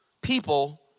people